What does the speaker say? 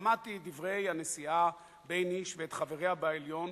שמעתי את דברי הנשיאה בייניש ואת חבריה בעליון,